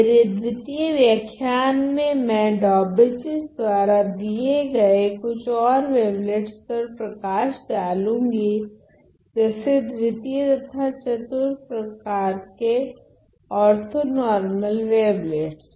मेरे द्वितीय व्याख्यान में मैं डौबेचीस द्वारा दिये गए कुछ ओर वेवलेट्स पर प्रकाश डालुंगी जैसे द्वितीय तथा चतुर्थ प्रकार के ओर्थोनोर्मल वेवलेट्स